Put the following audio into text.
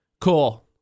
Cool